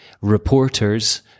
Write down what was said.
reporters